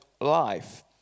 life